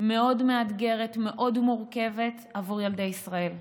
מאוד מאתגרת, מאוד מורכבת עבור ילדי ישראל.